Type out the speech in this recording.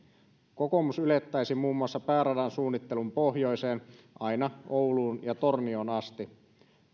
kokoomus ylettäisi muun muassa pääradan suunnittelun pohjoiseen aina ouluun ja tornioon asti